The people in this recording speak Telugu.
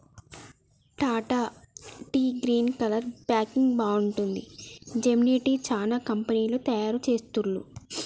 Tata tea green colour packing బాగుంటది, జెమినీ టీ, చానా కంపెనీలు తయారు చెస్తాండ్లు